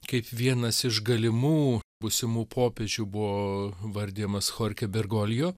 kaip vienas iš galimų būsimų popiežių buvo vardijamas chorchė bergolijo